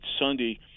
Sunday